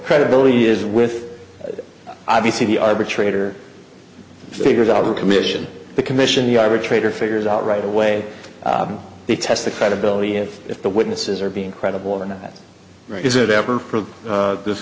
credibility is with obviously the arbitrator figured out the commission the commission the arbitrator figures out right away they test the credibility if if the witnesses are being credible or not right is it ever for this